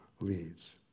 leads